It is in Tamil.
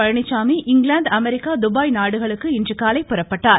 பழனிசாமி இங்கிலாந்து அமெரிக்கா துபாய் நாடுகளுக்கு இன்றுகாலை புறப்பட்டார்